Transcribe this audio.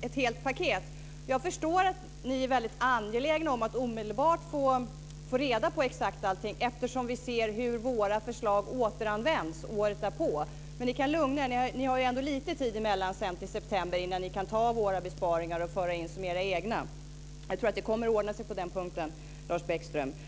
ett helt paket. Jag förstår att ni är väldigt angelägna om att omedelbart få reda på exakt allting, eftersom vi ser hur våra förslag återanvänds året därpå. Men vi kan lugna er, ni har ändå lite tid på er till september då ni kan ta våra besparingar och föra in dem som era egna. Jag tror att det kommer att ordna sig på den punkten, Lars Bäckström.